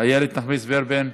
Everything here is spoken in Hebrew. איילת נחמיאס ורבין,